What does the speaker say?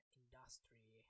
industry